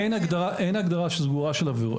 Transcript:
אין הגדרה סגורה של עבירות.